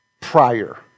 prior